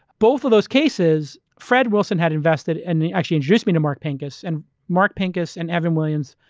both of those cases, fred wilson had invested and actually introduced me to mark pincus. and mark pincus, and evan williams,